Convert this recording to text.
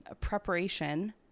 preparation